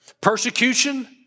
persecution